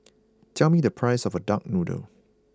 tell me the price of Duck Noodle